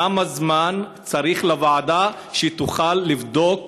כמה זמן צריך לוועדה שתוכל לבדוק